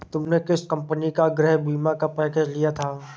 तुमने किस कंपनी का गृह बीमा का पैकेज लिया था?